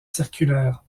circulaire